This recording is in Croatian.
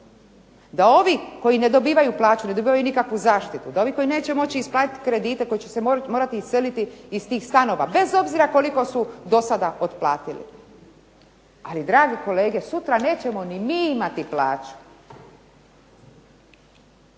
da ovi koji ne dobivaju plaću ne dobivaju nikakvu zaštitu, da ovi koji neće moći isplatiti kredite koji će se morati iseliti iz tih stanova bez obzira koliko su do sada otplatili. Ali dragi kolege sutra nećemo ni mi imati plaću.